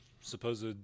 supposed